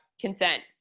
consent